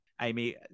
Amy